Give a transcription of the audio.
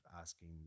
asking